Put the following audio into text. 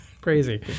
Crazy